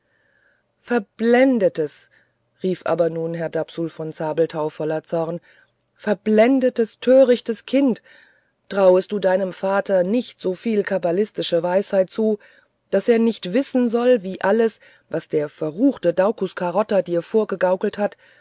gedenke verblendetes rief aber nun herr dapsul von zabelthau voller zorn verblendetes törichtes kind trauest du deinem vater nicht so viel kabbalistische weisheit zu daß er nicht wissen sollte wie alles was der verruchte daucus carota dir vorgegaukelt hat